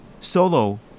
solo